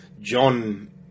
John